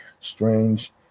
strange